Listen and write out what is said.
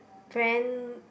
brand